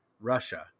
Russia